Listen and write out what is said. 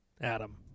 Adam